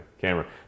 camera